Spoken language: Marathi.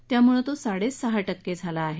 त्यामुळे तो साडेसहा टक्के झाला आहे